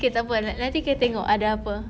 okay tak apa nan~ nanti kita tengok ada apa